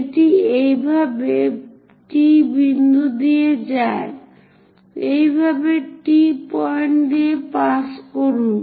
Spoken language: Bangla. এটি এভাবে T বিন্দু দিয়ে যায় এই ভাবে T পয়েন্ট দিয়ে পাস করুন